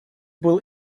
был